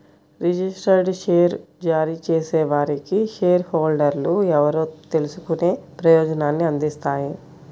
registered share జారీ చేసేవారికి share హోల్డర్లు ఎవరో తెలుసుకునే ప్రయోజనాన్ని అందిస్తాయి